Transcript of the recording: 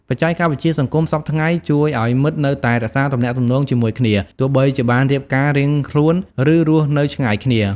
បច្ចេកវិទ្យាសង្គមសព្វថ្ងៃជួយឲ្យមិត្តនៅតែរក្សាទំនាក់ទំនងជាមួយគ្នា ទោះបីជាបានរៀបការរៀងខ្លួន ឬ រស់នៅឆ្ងាយគ្នា។